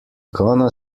gonna